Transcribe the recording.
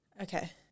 Okay